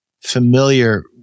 familiar